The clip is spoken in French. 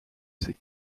ces